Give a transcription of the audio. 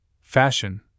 fashion